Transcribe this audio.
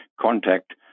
contact